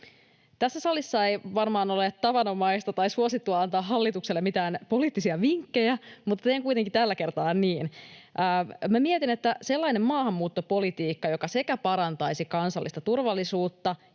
Tässä salissa ei varmaan ole tavanomaista tai suosittua antaa hallitukselle mitään poliittisia vinkkejä, mutta teen kuitenkin tällä kertaa niin. Minä mietin, että sellainen maahanmuuttopolitiikka, joka sekä parantaisi kansallista turvallisuutta